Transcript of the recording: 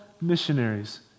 missionaries